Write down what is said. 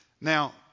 Now